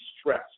stress